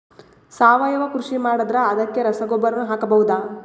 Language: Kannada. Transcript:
ಸಾವಯವ ಕೃಷಿ ಮಾಡದ್ರ ಅದಕ್ಕೆ ರಸಗೊಬ್ಬರನು ಹಾಕಬಹುದಾ?